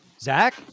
Zach